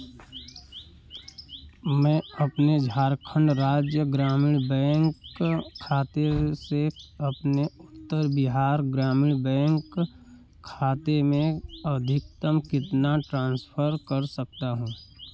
मैं अपने झारखण्ड राज्य ग्रामीण बैंक खाते से अपने उत्तर बिहार ग्रामीण बैंक खाते में अधिकतम कितना ट्रांसफर कर सकता हूँ